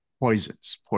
Poisons